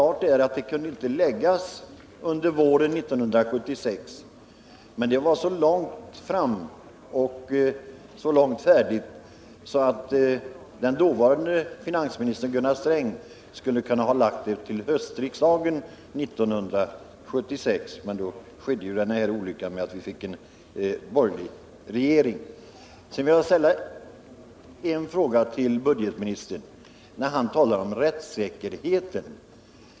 Ja, det är klart att det inte kunde läggas fram under våren 1976. Men man hade kommit så långt med förslaget, att den dåvarande finansministern Gunnar Sträng hade kunnat lägga fram det till höstriksdagen 1976. Men då skedde ju den här olyckan att vi fick en borgerlig regering. Jag vill ställa en fråga till budgetministern med anledning av det han säger om rättssäkerheten.